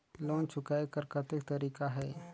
Loan चुकाय कर कतेक तरीका है?